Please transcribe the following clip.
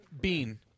Bean